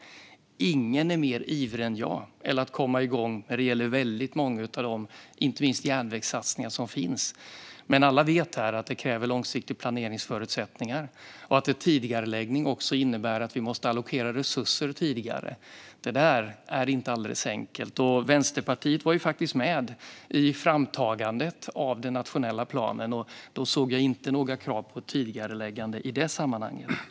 Ingen är mer ivrig än jag när det gäller att komma igång med många av de, inte minst, järnvägssatsningar som finns. Men alla här i kammaren vet att det kräver långsiktiga planeringsförutsättningar. En tidigareläggning innebär också att vi måste allokera resurser tidigare. Det är inte alldeles enkelt. Vänsterpartiet var med i framtagandet av den nationella planen. I det sammanhanget såg jag inte några krav på tidigareläggande.